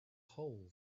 hole